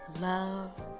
love